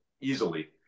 easily